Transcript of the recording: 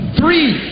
three